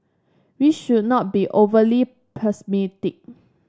we should not be overly pessimistic